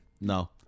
No